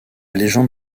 légende